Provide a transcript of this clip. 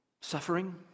suffering